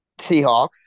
Seahawks